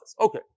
Okay